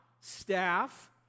staff